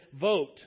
vote